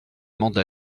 vraiment